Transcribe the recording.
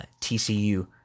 TCU